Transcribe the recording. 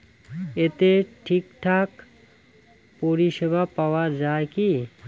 এতে ঠিকঠাক পরিষেবা পাওয়া য়ায় কি?